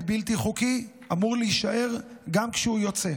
בלתי חוקי אמור להישאר גם כשהוא יוצא,